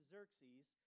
Xerxes